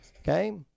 Okay